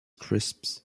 crisps